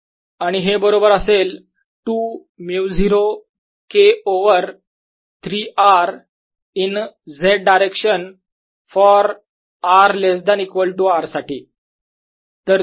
आणि हे बरोबर असेल 2 μ0 K over 3 R in z direction for r less than equal to R साठी